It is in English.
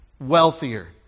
wealthier